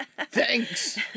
Thanks